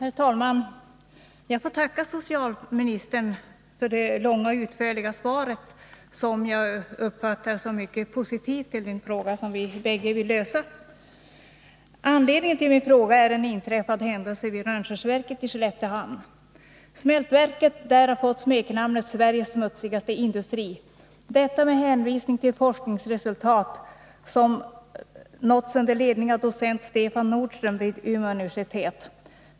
Herr talman! Jag får tacka socialministern för det långa och utförliga svaret, som jag uppfattar som mycket positivt när det gäller den fråga vi bägge vill lösa. Anledningen till min fråga är en inträffad händelse vid Rönnskärsverken i Skelleftehamn. Smältverket där har fått smeknamnet Sveriges smutsigaste industri — detta med hänvisning till forskningsresultat som har nåtts i undersökningar under ledning av docent Stefan Nordström vid Umeå universitet.